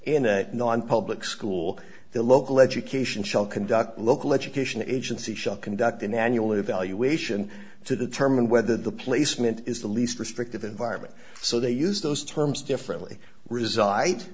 in a nonpublic school the local education shall conduct local education agency shall conduct an annual evaluation to determine whether the placement is the least restrictive environment so they use those terms differently resi